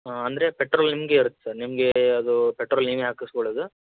ಹಾಂ ಅಂದರೆ ಪೆಟ್ರೋಲ್ ನಿಮಗೆ ಇರುತ್ತೆ ಸರ್ ನಿಮಗೆ ಅದು ಪೆಟ್ರೋಲ್ ನೀವೇ ಹಾಕಿಸ್ಕೊಳ್ಳೋದು